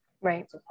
Right